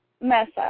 Mesa